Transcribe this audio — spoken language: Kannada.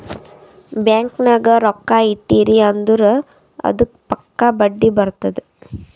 ಬ್ಯಾಂಕ್ ನಾಗ್ ರೊಕ್ಕಾ ಇಟ್ಟಿರಿ ಅಂದುರ್ ಅದ್ದುಕ್ ಪಕ್ಕಾ ಬಡ್ಡಿ ಬರ್ತುದ್